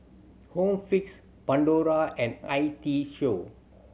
Home Fix Pandora and I T Show